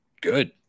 good